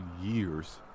years